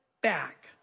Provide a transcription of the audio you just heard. back